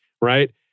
right